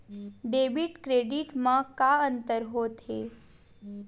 Debit credit मा का अंतर होत हे?